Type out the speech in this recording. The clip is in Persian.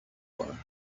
کنم